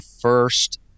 first